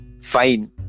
fine